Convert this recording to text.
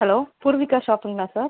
hello Poorvika ஷாப்புங்களா sir